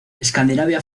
escandinavia